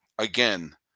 Again